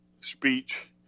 speech